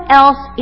else